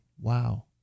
wow